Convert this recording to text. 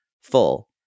full